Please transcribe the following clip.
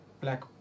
black